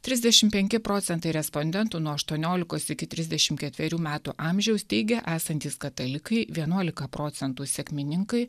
trisdešim penki procentai respondentų nuo aštuoniolikos iki trisdešim ketverių metų amžiaus teigia esantys katalikai vienuolika procentų sekmininkai